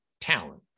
talent